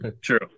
True